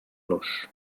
los